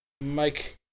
Mike